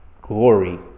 glory